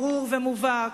ברור ומובהק,